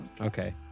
okay